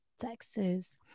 Texas